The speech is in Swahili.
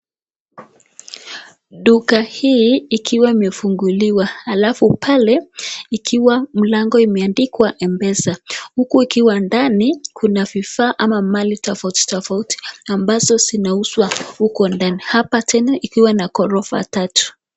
Duka hii ikiwa imefunguliwa halafu pale ikiwa mlango imeandikwa mpesa huku ikiwa ndani kuna vifaa ama mali tofautitofauti ambazo zinauzwa huko ndani. Hapa tena ikiwa na ghorofa tatu.